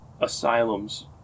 asylums